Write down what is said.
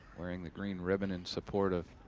wearing the green ribbon in support of